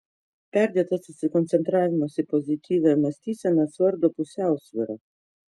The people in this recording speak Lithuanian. perdėtas susikoncentravimas į pozityvią mąstyseną suardo pusiausvyrą